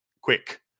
quick